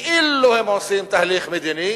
שכאילו הם עושים תהליך מדיני,